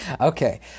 Okay